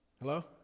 Hello